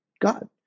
God